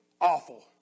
awful